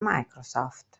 microsoft